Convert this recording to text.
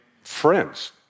friends